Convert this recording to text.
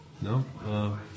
No